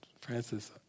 Francis